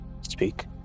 Speak